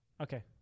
Okay